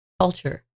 culture